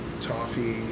toffee